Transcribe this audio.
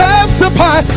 Testify